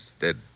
dead